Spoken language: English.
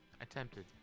Attempted